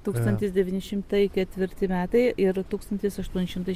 tūkstantis devyni šimtai ketvirti metai ir tūkstantis aštuoni šimtai